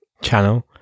channel